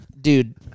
Dude